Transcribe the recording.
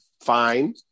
fine